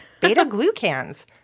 beta-glucans